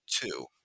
two